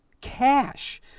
cash